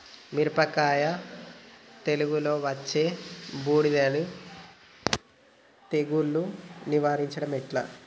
మిరపకాయ తెగుళ్లలో వచ్చే బూడిది తెగుళ్లను నివారించడం ఎట్లా?